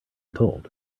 told